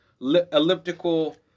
elliptical